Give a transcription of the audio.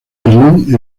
berlín